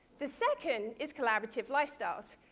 the second is collaborative lifestyles.